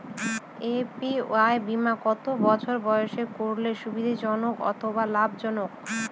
APY বীমা কত বছর বয়সে করলে সুবিধা জনক অথবা লাভজনক?